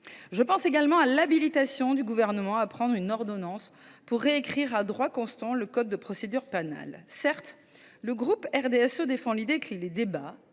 Je pense également à l’habilitation du Gouvernement à prendre une ordonnance pour récrire à droit constant le code de procédure pénale. Si le groupe RDSE défend l’idée que les débats